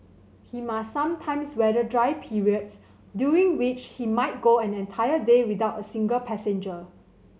he must sometimes weather dry periods during which he might go an entire day without a single passenger